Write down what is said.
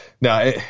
now